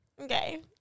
okay